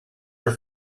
your